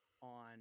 on